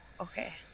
okay